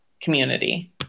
community